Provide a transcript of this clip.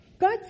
God